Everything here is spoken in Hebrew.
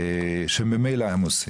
שממילא עמוסים?